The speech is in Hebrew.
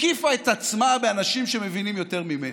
הקיפה את עצמה באנשים שמבינים יותר ממנה.